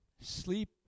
sleep